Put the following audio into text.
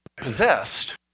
possessed